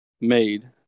made